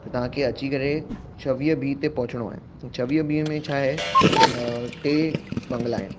त तव्हांखे अची करे छवीह बी ते पहुचणो आहे छवीअ बीअ में छा आहे टे बंगला आहिनि